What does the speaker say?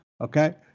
okay